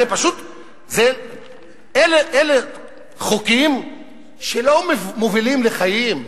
הרי אלה פשוט חוקים שלא מובילים לחיים,